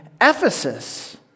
Ephesus